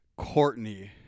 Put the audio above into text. Courtney